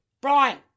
Brian